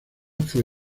fue